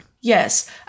Yes